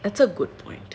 that's a good point